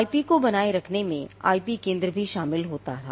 IP को बनाए रखने में आईपी केंद्र भी शामिल था